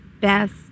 best